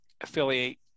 affiliate